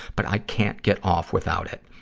but i can't get off without it.